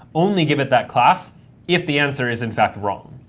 only give it that class if the answer is in fact wrong.